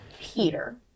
Peter